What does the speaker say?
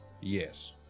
Yes